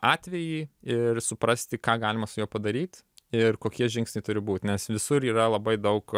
atvejį ir suprasti ką galima su juo padaryt ir kokie žingsniai turi būt nes visur yra labai daug